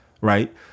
Right